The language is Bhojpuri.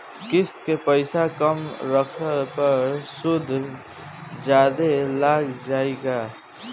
किश्त के पैसा कम रखला पर सूद जादे लाग जायी का?